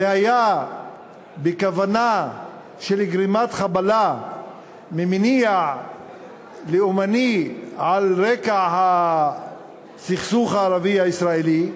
זה היה בכוונה של גרימת חבלה ממניע לאומני על רקע הסכסוך הערבי-הישראלי,